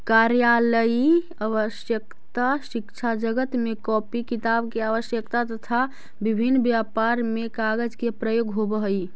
कार्यालयीय आवश्यकता, शिक्षाजगत में कॉपी किताब के आवश्यकता, तथा विभिन्न व्यापार में कागज के प्रयोग होवऽ हई